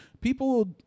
People